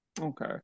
Okay